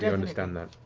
yeah understand that.